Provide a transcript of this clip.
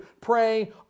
pray